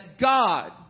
God